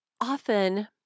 Often